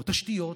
או תשתיות,